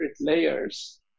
layers